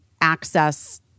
access